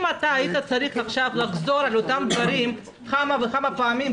אם אתה היית צריך לחזור עכשיו על אותם דברים כמה וכמה פעמים,